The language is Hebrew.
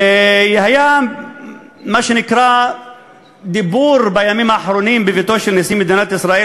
היה מה שנקרא "דיבור" בימים האחרונים בביתו של נשיא מדינת ישראל,